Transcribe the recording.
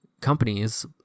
companies